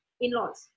in-laws